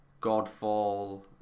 Godfall